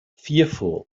fearful